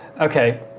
Okay